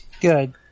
good